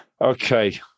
Okay